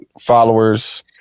followers